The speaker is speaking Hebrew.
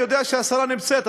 אני יודע שהשרה נמצאת,